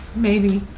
maybe?